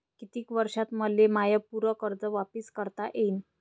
कितीक वर्षात मले माय पूर कर्ज वापिस करता येईन?